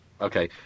Okay